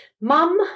mum